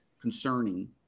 concerning